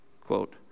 quote